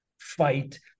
fight